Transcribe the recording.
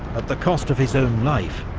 at the cost of his own life,